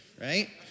right